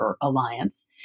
Alliance